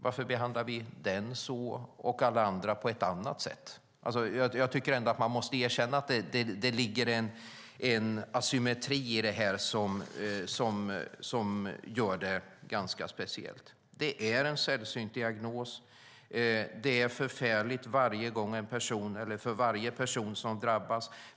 Varför behandlar vi den så men alla andra på ett annat sätt? Man måste erkänna att det finns en asymmetri i detta som gör situationen speciell. Retts syndrom är en sällsynt diagnos. Det är förfärligt för varje person som drabbas.